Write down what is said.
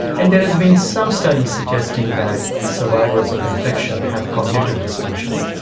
and there has been some studies suggesting that survivors of infection have cognitive dysfunction.